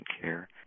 care